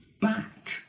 back